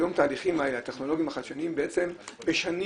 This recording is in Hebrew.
היום התהליכים הטכנולוגיים החדשניים בעצם משנים